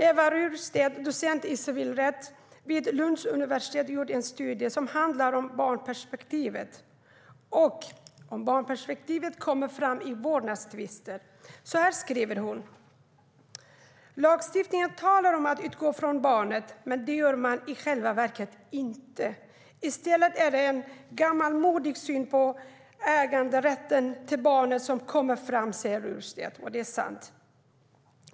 Eva Ryrstedt, docent i civilrätt vid Lunds universitet, har gjort en studie som handlar om barnperspektivet och om barnperspektivet kommer fram i vårdnadstvister. Hon säger: "Lagstiftaren talar om att utgå från barnet, men det gör man i själva verket inte. I stället är det en gammalmodig syn på äganderätt till barnet som kommer fram." Det är sant.